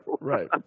right